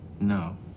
No